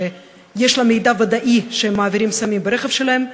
שיש לה מידע ודאי שהם מעבירים סמים ברכב שלהם,